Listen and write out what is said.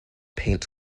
paint